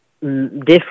different